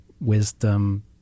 wisdom